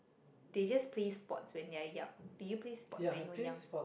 they just play sports when they are young do you play sports when you were young